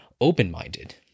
open-minded